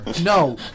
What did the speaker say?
No